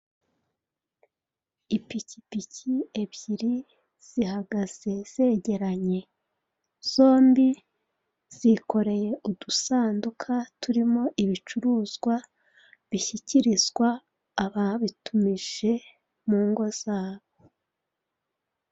Ikipikipi ebyeri zihagaze zegeranye, zombi zikoreye udusanduka turimo ibicuruzwa bishyikirizwa ababitumije mu ngo zabo.